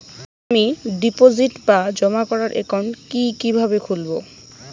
আমি ডিপোজিট বা জমা করার একাউন্ট কি কিভাবে খুলবো?